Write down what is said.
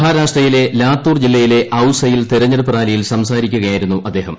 മഹാരാഷ്ട്രയിലെ ലാത്തൂർ ജില്ലയിലെ ഔസയിൽ തെരഞ്ഞെടുപ്പ് റാലിയിൽ സംസാരിക്കുകയായിരുന്നു അദ്ദേഹം